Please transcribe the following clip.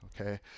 okay